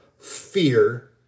fear